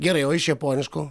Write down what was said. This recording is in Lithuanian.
gerai o iš japoniškų